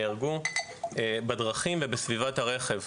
נהרגו בדרכים ובסביבת הרכב.